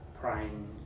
praying